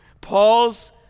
Paul's